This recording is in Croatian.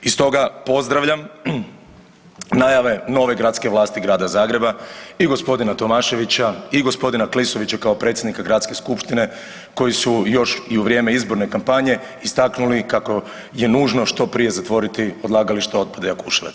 I stoga pozdravljam najave nove gradske vlasti Grada Zagreba i g. Tomaševića i g. Klisovića kao predsjednika gradske skupštine koji su još i u vrijeme izborne kampanje istaknuli kako je nužno što prije zatvoriti odlagalište otpada Jakuševac.